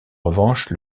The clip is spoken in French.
revanche